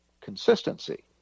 consistency